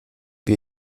wir